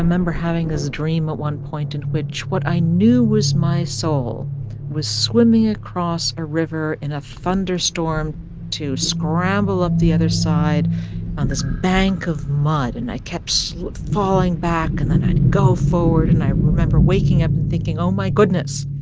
having this dream at one point in which what i knew was my soul was swimming across a river in a thunderstorm to scramble up the other side on this bank of mud. and i kept so falling back, and then i'd go forward. and i remember waking up and thinking, oh, my goodness.